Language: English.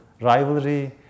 rivalry